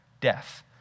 death